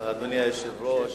אדוני היושב-ראש,